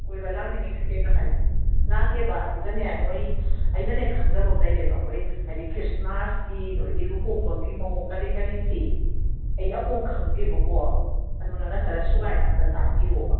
ꯀꯣꯏꯕ ꯂꯥꯛꯏꯅꯤꯡꯉꯤꯁꯤ ꯀꯩꯅꯣ ꯍꯥꯏ ꯂꯥꯛꯀꯦꯕ ꯑꯗꯨꯒꯅꯦ ꯅꯣꯏ ꯑꯩꯅꯅꯦ ꯈꯪꯗꯕ ꯑꯃ ꯂꯩꯔꯦꯕ ꯑꯩꯈꯣꯏ ꯍꯥꯏꯗꯤ ꯈ꯭ꯔꯤꯁꯃꯥꯁꯀꯤ ꯅꯣꯏꯒꯤ ꯂꯨꯍꯣꯡꯕꯒꯤ ꯃꯑꯣꯡ ꯀꯔꯤ ꯀꯔꯤꯁꯤ ꯑꯩ ꯑꯝꯐꯧ ꯈꯪꯗꯦꯕꯀꯣ ꯑꯗꯨ ꯅꯪꯅ ꯈꯔ ꯁꯨꯒꯥꯏꯅ ꯑꯃꯇ ꯇꯥꯛꯄꯤꯔꯛꯑꯣꯕ